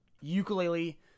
ukulele